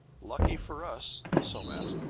lucky for us, somat,